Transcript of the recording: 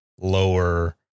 lower